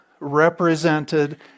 represented